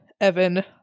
evan